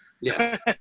Yes